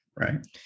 right